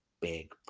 big